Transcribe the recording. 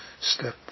step